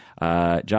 John